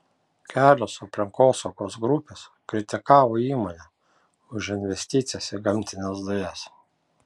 kelios aplinkosaugos grupės kritikavo įmonę už investicijas į gamtines dujas